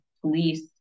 police